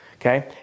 okay